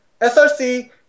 SRC